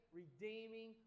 redeeming